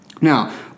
Now